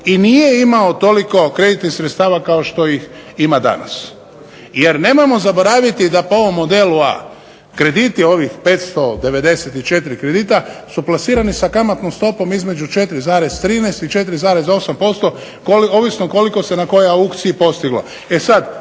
i nije imalo toliko kreditnih sredstava kao što ih ima danas. Jer nemojmo zaboraviti da po ovom modelu A krediti ovih 594 kredita su plasirani sa kamatnom stopom između 4,13 i 4,8% ovisno koliko se na kojoj aukciji postiglo. E sada